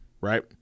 Right